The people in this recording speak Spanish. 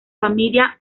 familia